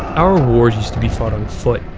our wars used to be fought on foot,